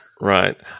Right